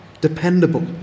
dependable